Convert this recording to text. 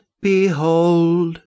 behold